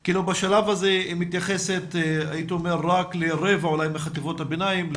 כי בשלב הזה היא מתייחסת הייתי אומר רק לרבע אולי מחטיבות הביניים,